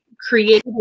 created